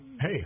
Hey